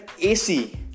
AC